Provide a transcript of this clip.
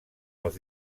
els